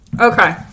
Okay